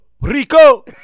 Rico